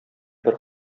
бер